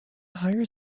higher